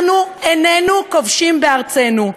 אנחנו איננו כובשים בארצנו.